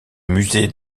musée